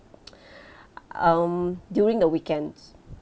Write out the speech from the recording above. um during the weekends